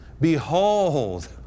Behold